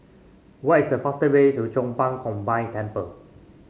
what is the faster way to Chong Pang Combined Temple